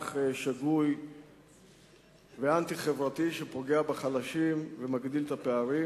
מהלך שגוי ואנטי-חברתי שפוגע בחלשים ומגדיל את הפערים.